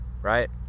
right